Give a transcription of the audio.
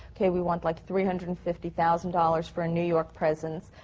okay, we want like three hundred and fifty thousand dollars for a new york presence,